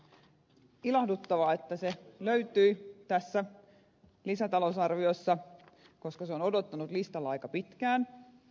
on ilahduttavaa että se löytyy tästä lisätalousarviosta koska se on odottanut listalla aika pitkään